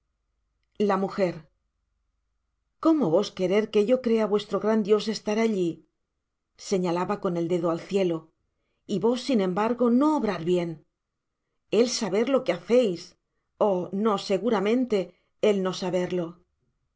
la m cómo ros querer que yo crea vuestro gran dios estar alli señalaba con el dedo al cielo y vos sin embargontrobrar bien el saber lo que hacéis oh no seguramente él no saberlo